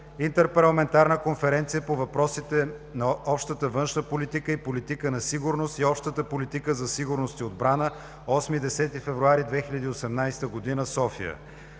Интерпарламентарна конференция по въпросите за Общата външна политика и политика на сигурност и Общата политика за сигурност и отбрана, 8 – 10 февруари 2018 г., София;